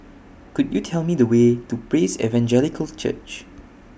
Could YOU Tell Me The Way to Praise Evangelical Church